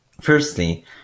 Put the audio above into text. Firstly